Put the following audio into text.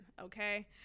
Okay